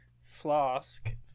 flask